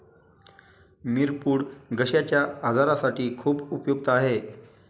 मिरपूड घश्याच्या आजारासाठी खूप उपयुक्त आहे